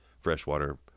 freshwater